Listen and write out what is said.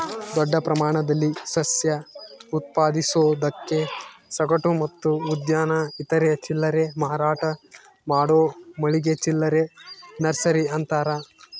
ದೊಡ್ಡ ಪ್ರಮಾಣದಲ್ಲಿ ಸಸ್ಯ ಉತ್ಪಾದಿಸೋದಕ್ಕೆ ಸಗಟು ಮತ್ತು ಉದ್ಯಾನ ಇತರೆ ಚಿಲ್ಲರೆ ಮಾರಾಟ ಮಾಡೋ ಮಳಿಗೆ ಚಿಲ್ಲರೆ ನರ್ಸರಿ ಅಂತಾರ